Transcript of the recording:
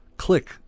click